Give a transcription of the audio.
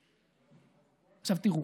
תראו,